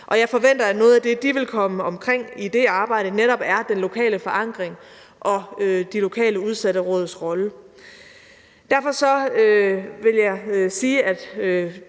Og jeg forventer, at noget af det, de vil komme omkring i det arbejde, netop er den lokale forankring og de lokale udsatteråds rolle. Kl. 19:14 Derfor vil jeg sige, at